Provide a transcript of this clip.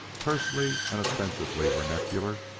tersely and offensively vernacular,